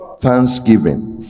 Thanksgiving